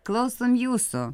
klausom jūsų